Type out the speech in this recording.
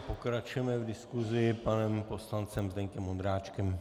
Pokračujeme v diskusi panem poslancem Zdeňkem Ondráčkem.